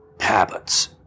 habits